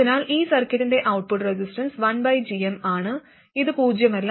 അതിനാൽ ഈ സർക്യൂട്ടിന്റെ ഔട്ട്പുട്ട് റെസിസ്റ്റൻസ് 1gm ആണ് ഇത് പൂജ്യമല്ല